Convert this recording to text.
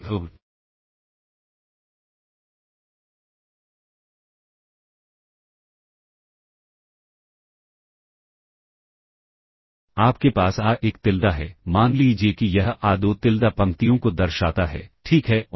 तो आपके पास a1Tilda है मान लीजिए कि यह a2Tilda पंक्तियों को दर्शाता है ठीक है और